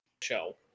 show